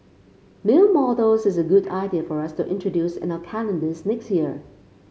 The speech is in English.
male models is a good idea for us to introduce in our calendars next year